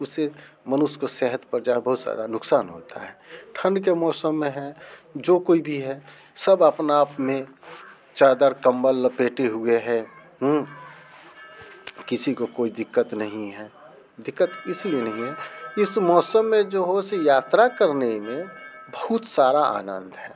उसे मनुष्य को सेहत पर बहुत ज़्यादा नुकसान होता है ठण्ड के मौसम में है जो कोई भी है सब अपना आप में चादर कम्बल लपेटे हुए है किसी को कोई दिक्कत नहीं है दिक्कत इसीलिए नहीं है इस मौसम में जो हो से यात्रा करने में बहुत सारा आनंद है